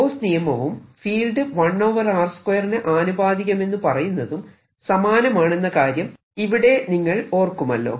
Gauss നിയമവും field 1 r 2 ന് ആനുപാതികമെന്നു പറയുന്നതും സമാനമാണെന്ന കാര്യം ഇവിടെ നിങ്ങൾ ഓർക്കുമല്ലോ